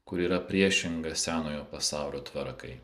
kuri yra priešinga senojo pasaulio tvarkai